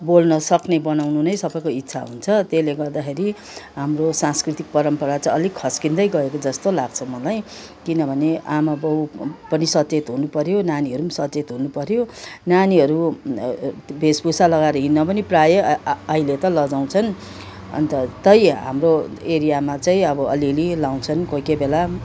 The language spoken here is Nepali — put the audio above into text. बोल्न सक्ने बनाउनु नै सबैको इच्छा हुन्छ त्यसले गर्दाखेरि हाम्रो सांस्कृतिक परम्परा चाहिँ अलिक खस्किँदै गएको जस्तो लाग्छ मलाई किनभने आमा बाउ पनि सचेत हुनुपऱ्यो नानीहरू पनि सचेत हुनुपऱ्यो नानीहरू वेषभूषा लगाएर हिड्न पनि प्रायः अहिले त लजाउँछन् अन्त तै हाम्रो एरियामा चाहिँ अब अलि अलि लाउँछन् कोही कोही बेला